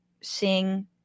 sing